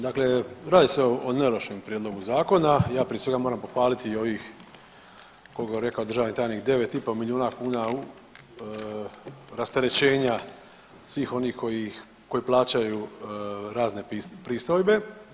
Dakle, radi se o ne lošem prijedlogu zakona i ja prije svega moram pohvaliti ovih koliko je rekao državni tajnik 9,5 milijuna kuna u rasterećenja svih onih koji plaćaju razne pristojbe.